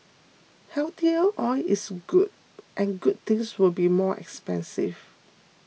healthier oil is good and good things will be more expensive